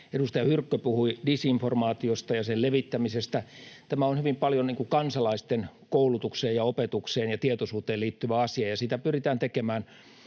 Edustaja Hyrkkö puhui disinformaatiosta ja sen levittämisestä. Tämä on hyvin paljon kansalaisten koulutukseen ja opetukseen ja tietoisuuteen liittyvä asia, ja sitä pyritään tekemään.